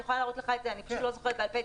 אני יכולה להראות את זה אני לא זוכרת בעל-פה את